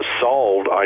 solved